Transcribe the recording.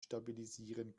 stabilisieren